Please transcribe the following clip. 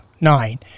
nine